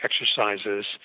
exercises